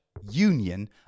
union